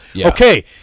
Okay